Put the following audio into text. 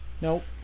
Nope